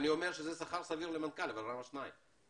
אני אומר שזה שכר סביר למנכ"ל אבל למה שניים?